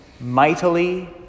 mightily